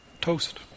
Toast